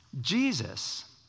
Jesus